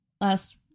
last